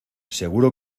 seguro